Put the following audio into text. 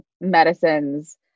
medicines